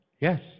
yes